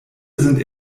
sind